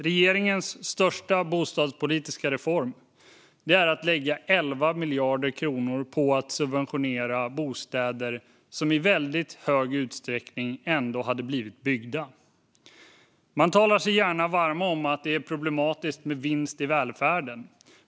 Regeringens största bostadspolitiska reform är att man lägger 11 miljarder kronor på att subventionera bostäder som i väldigt hög utsträckning ändå hade blivit byggda. Man talar sig gärna varm för att det är problematiskt med vinster i välfärden.